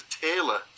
Taylor